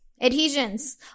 adhesions